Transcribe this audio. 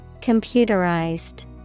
Computerized